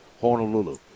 Honolulu